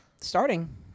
starting